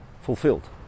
fulfilled